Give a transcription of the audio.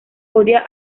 odia